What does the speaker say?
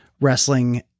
wrestling